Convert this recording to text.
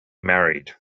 married